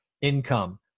income